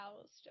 housed